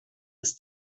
ist